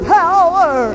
power